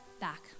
back